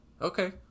Okay